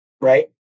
right